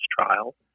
trial